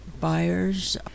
buyers